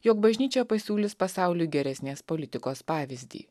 jog bažnyčia pasiūlys pasauliui geresnės politikos pavyzdį